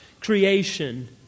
creation